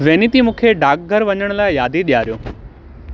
वेनिती मूंखे डाकघरु वञण लाइ यादि ॾियारियो